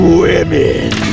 women